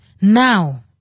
Now